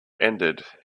ended